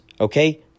Okay